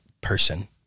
person